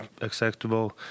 acceptable